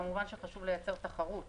כמובן שחשוב לייצר תחרות